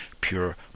pure